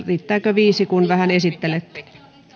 viisi kun vähän esittelette